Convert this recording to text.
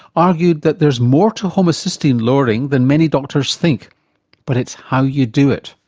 argued that there's more to homocysteine lowering than many doctors think but it's how you do it.